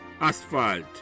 Asphalt